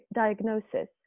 diagnosis